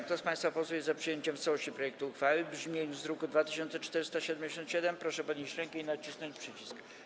Kto z państwa posłów jest za przyjęciem w całości projektu uchwały w brzmieniu z druku nr 2477, proszę podnieść rękę i nacisnąć przycisk.